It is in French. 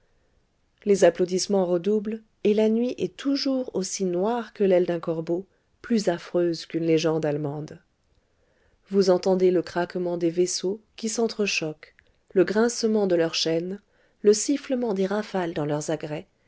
les applaudissements redoublent et la nuit est toujours aussi noire que l'aile d'un corbeau plus affreuse qu'une légende allemande vous entendez le craquement des vaisseaux qui s'entre-choquent le grincement de leurs chaînes le sifflement des rafales dans leurs agrès